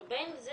בין זה